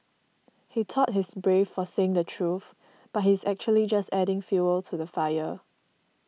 he thought he's brave for saying the truth but he's actually just adding fuel to the fire